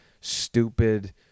stupid